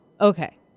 okay